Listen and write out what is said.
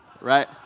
Right